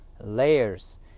layers